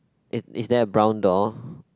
is is there a brown door